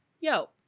yo